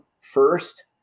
first